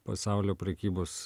pasaulio prekybos